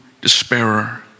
despairer